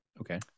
Okay